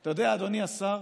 אתה יודע, אדוני השר,